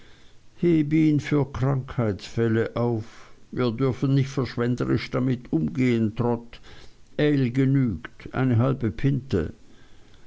für krankheitsfälle auf wir dürfen nicht verschwenderisch damit umgehen trot ale genügt eine halbe pinte